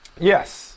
yes